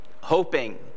hoping